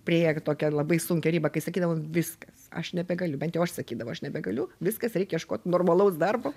priėję tokią labai sunkią ribą kai sakydavom viskas aš nebegaliu bent jau aš sakydavau aš nebegaliu viskas reik ieškot normalaus darbo